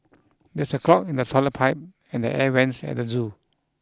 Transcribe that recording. there's a clog in the toilet pipe and the air vents at the zoo